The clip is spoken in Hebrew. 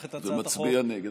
את הצעת החוק, ומצביע נגד.